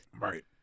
Right